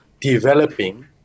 developing